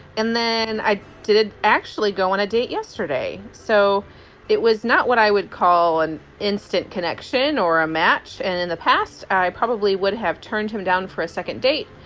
and then i did actually go on a date yesterday. so it was not what i would call an instant connection or a match. and in the past, i probably would have turned him down for a second date.